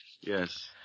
Yes